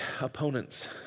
opponents